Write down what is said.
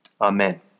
Amen